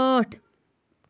ٲٹھ